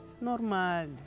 Normal